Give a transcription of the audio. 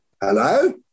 hello